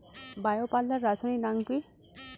Bio পাল্লার রাসায়নিক নাম কি?